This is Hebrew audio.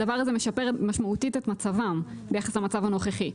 הדבר הזה משפר משמעותית את מצבם ביחס למצב הנוכחי.